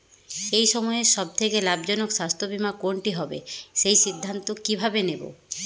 এই সময়ের সব থেকে লাভজনক স্বাস্থ্য বীমা কোনটি হবে সেই সিদ্ধান্ত কীভাবে নেব?